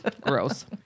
Gross